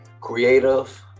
Creative